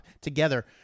together